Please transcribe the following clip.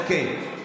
אוקיי.